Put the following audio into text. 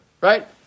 right